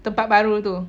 tempat baru tu